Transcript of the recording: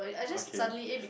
okay